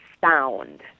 sound